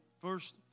first